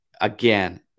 again